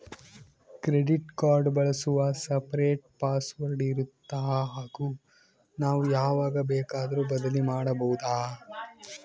Credit card ಬಳಸಲು separate password ಇರುತ್ತಾ ಹಾಗೂ ನಾವು ಯಾವಾಗ ಬೇಕಾದರೂ ಬದಲಿ ಮಾಡಬಹುದಾ?